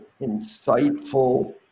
insightful